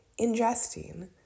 ingesting